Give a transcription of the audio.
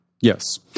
Yes